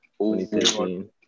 2015